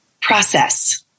process